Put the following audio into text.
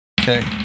Okay